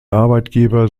arbeitgeber